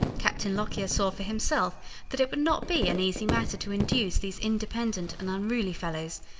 captain lockyer saw for himself that it would not be an easy matter to induce these independent and unruly fellows,